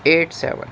eight seven